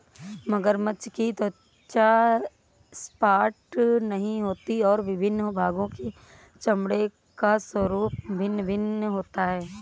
मगरमच्छ की त्वचा सपाट नहीं होती और विभिन्न भागों के चमड़े का स्वरूप भिन्न भिन्न होता है